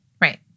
Right